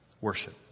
worship